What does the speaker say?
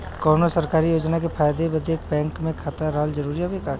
कौनो सरकारी योजना के फायदा बदे बैंक मे खाता रहल जरूरी हवे का?